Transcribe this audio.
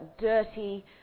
dirty